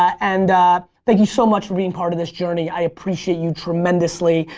and thank you so much for being part of this journey i appreciate you tremendously.